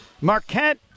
Marquette